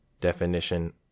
Definition